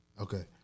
Okay